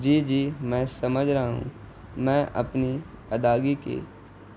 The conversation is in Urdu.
جی جی میں سمجھ رہا ہوں میں اپنی ادائیگی کی